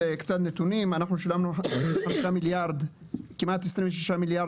קצת נתונים אנחנו שילמנו כמעט 26 מיליארד